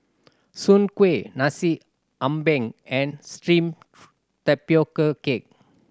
soon kway Nasi Ambeng and steamed tapioca cake